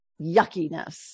yuckiness